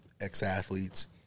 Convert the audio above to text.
ex-athletes